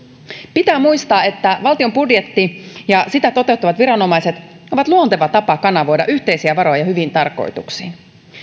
pitää muistaa että valtion budjetti ja sitä toteuttavat viranomaiset ovat luonteva tapa kanavoida yhteisiä varoja hyviin tarkoituksiin